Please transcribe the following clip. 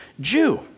Jew